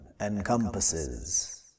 encompasses